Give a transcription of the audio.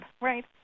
right